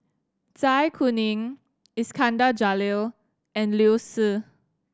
Zai Kuning Iskandar Jalil and Liu Si